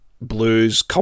blues